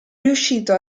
riuscito